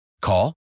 Call